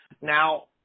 Now